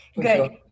Good